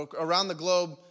around-the-globe